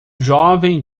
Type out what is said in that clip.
jovem